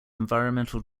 environmental